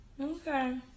Okay